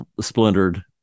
splintered